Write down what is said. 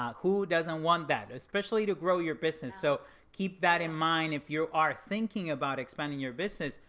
who doesn't want that? especially to grow your business, so keep that in mind. if you are thinking about expanding your business,